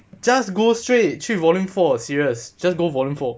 just go straight 去 volume four serious just go volume four